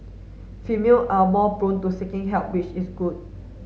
female are more prone to seeking help which is good